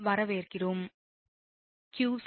வரவேற்கிறோம் 𝑞𝑐2𝜋𝜖𝑜𝑟